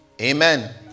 Amen